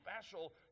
special